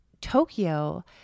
Tokyo